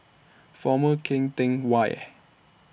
Former Keng Teck Whay